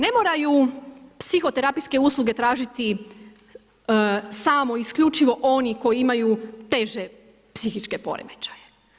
Ne moraju psihoterapijske usluge tražiti samo isključivo oni koji imaju teže psihičke poremećaje.